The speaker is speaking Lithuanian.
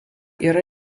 yra